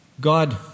God